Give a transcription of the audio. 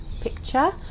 picture